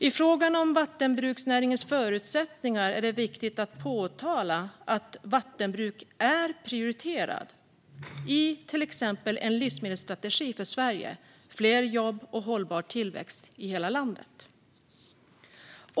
I fråga om vattenbruksnäringens förutsättningar är det viktigt att påtala att vattenbruk är prioriterat i till exempel En livsmedelsstrategi för Sverige - fler jobb och hållbar tillväxt i hela landet .